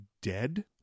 dead